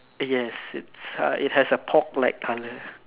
yes it's uh it has a pork like colour